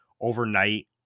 overnight